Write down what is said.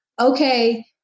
okay